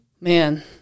Man